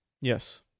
Yes